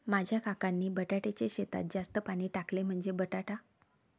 माझ्या काकांनी बटाट्याच्या शेतात जास्त पाणी टाकले, म्हणजे बटाटा